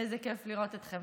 איזה כיף לראות אתכם.